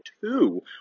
two